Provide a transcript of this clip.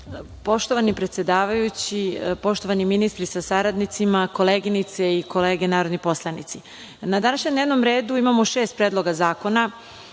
predsedavajući, poštovani ministri sa saradnicima, koleginice i kolege narodni poslanici, na današnjem dnevnom redu imamo šest Predloga zakona.